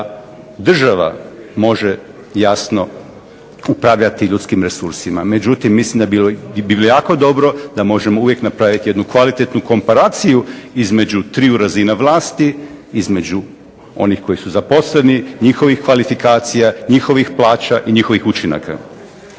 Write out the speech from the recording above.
država može jasno upravljati ljudskim resursima, međutim mislim da bi bilo jako dobro da možemo uvijek napraviti jednu kvalitetnu komparaciju između triju razina vlasti, između onih koji su zaposleni, njihovih kvalifikacija, njihovih plaća i njihovih učinaka.